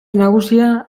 nagusia